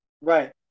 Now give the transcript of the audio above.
Right